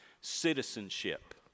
citizenship